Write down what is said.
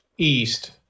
east